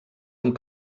amb